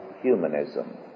humanism